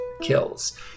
kills